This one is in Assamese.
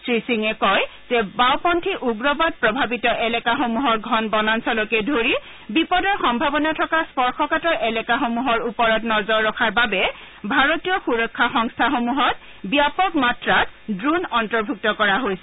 শ্ৰীসিঙে কয় যে বাওঁপন্থী উগ্ৰবাদ প্ৰভাৱিত এলেকাসমূহৰ ঘন বনাঞ্চলকে ধৰি বিপদৰ সম্ভাৱনা থকা স্পৰ্শকাতৰ এলেকাসমূহৰ ওপৰত নজৰ ৰখাৰ বাবে ভাৰতীয় সূৰক্ষা সংস্থাসমূহত ব্যাপক মাত্ৰাত দ্ৰোণ অন্তৰ্ভুক্ত কৰা হৈছে